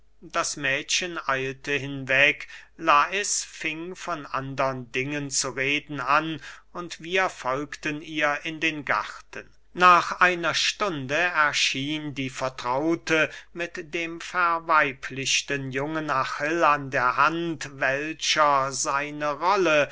das mädchen eilte hinweg lais fing von andern dingen zu reden an und wir folgten ihr in den garten nach einer stunde erschien die vertraute mit dem verweiblichten jungen achill an der hand welcher seine rolle